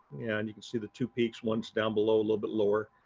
and you can see the two peaks. one s down below, a little bit lower.